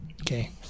Okay